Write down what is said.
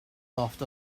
laughed